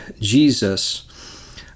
Jesus